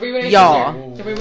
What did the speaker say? y'all